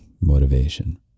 motivation